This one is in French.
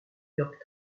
york